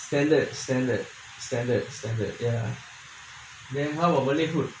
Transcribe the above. salad salad salad salad ya then how about malay food